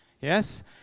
Yes